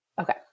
Okay